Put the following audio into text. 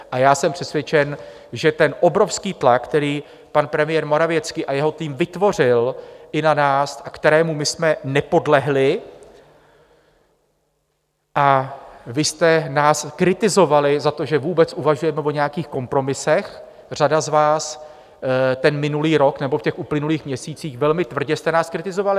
A já jsem přesvědčen, že ten obrovský tlak, který pan premiér Morawiecki a jeho tým vytvořili i na nás, kterému my jsme nepodlehli, a vy jste nás kritizovali za to, že vůbec uvažujeme o nějakých kompromisech, řada z vás ten minulý rok nebo v těch uplynulých měsících, velmi tvrdě jste nás kritizovali.